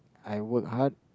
I work hard